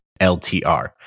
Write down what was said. LTR